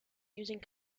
using